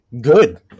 Good